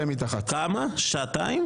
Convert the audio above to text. שעתיים?